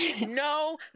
No